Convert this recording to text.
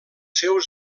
seus